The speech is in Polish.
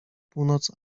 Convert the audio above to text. północ